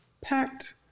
packed